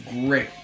great